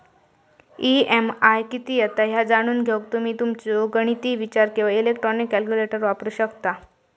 EMI किती येता ह्या जाणून घेऊक तुम्ही तुमचो गणिती विचार किंवा इलेक्ट्रॉनिक कॅल्क्युलेटर वापरू शकता